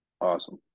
Awesome